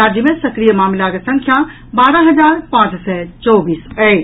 राज्य मे सक्रिय मामिलाक संख्या बारह हजार पांच सय चौबीस अछि